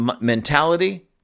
mentality